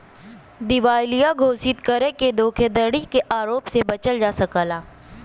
दिवालिया घोषित करके धोखाधड़ी के आरोप से बचल जा सकला